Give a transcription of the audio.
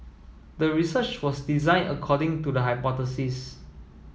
the research was designed according to the hypothesis